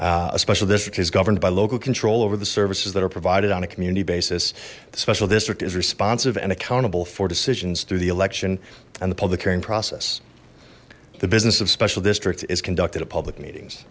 district is governed by local control over the services that are provided on a community basis the special district is responsive and accountable for decisions through the election and the public hearing process the business of special district is conducted of public meetings